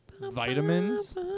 vitamins